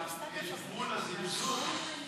אבל יש גבול לזלזול.